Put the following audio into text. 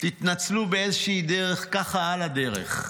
תתנצלו באיזושהי דרך, ככה על הדרך,